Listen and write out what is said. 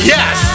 Yes